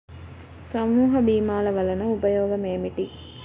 సమూహ భీమాల వలన ఉపయోగం ఏమిటీ?